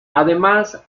además